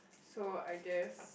so I guess